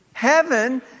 Heaven